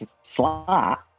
slot